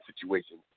situation